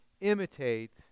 imitate